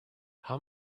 how